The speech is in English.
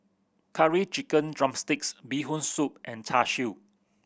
Curry Chicken drumstick Bee Hoon Soup and Char Siu